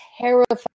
terrified